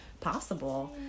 possible